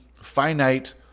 finite